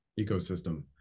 ecosystem